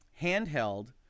handheld